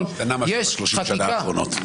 -- השתנה משהו ב-30 השנה האחרונות.